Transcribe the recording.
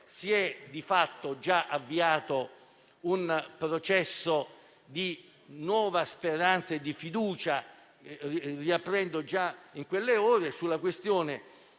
si è di fatto già avviato un processo di nuova speranza e di fiducia riaprendo in quelle ore. In merito